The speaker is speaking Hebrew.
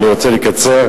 ואני רוצה לקצר.